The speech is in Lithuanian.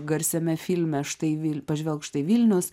garsiame filme štai vil pažvelk štai vilnius